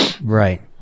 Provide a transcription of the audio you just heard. Right